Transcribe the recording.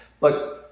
look